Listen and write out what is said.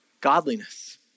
godliness